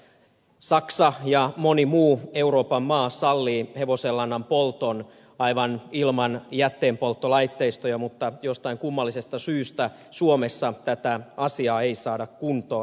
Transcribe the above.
saksa ja moni muu euroopan maa sallii hevosenlannan polton aivan ilman jätteenpolttolaitteistoja mutta jostain kummallisesta syystä suomessa tätä asiaa ei saada kuntoon